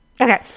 Okay